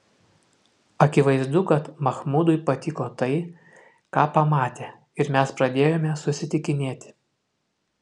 akivaizdu kad machmudui patiko tai ką pamatė ir mes pradėjome susitikinėti